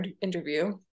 interview